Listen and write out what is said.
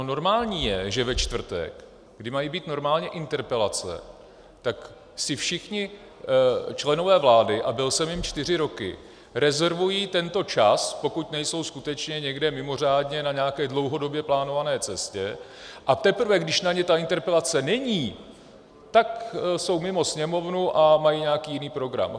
Normální je, že ve čtvrtek, kdy mají být normálně interpelace, si všichni členové vlády, a byl jsem jím čtyři roky, rezervují tento čas, pokud nejsou skutečně někde mimořádně na nějaké dlouhodobě plánované cestě, a teprve když na ně ta interpelace není, tak jsou mimo Sněmovnu a mají nějaký jiný program.